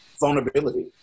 vulnerability